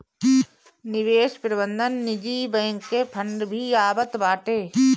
निवेश प्रबंधन निजी बैंक के फंड भी आवत बाटे